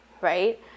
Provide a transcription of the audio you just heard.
right